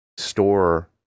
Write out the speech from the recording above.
store